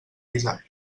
guisat